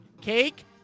Cake